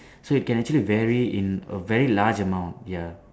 so it can actually vary in a very large amount ya